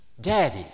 Daddy